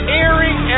airing